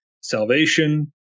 Salvation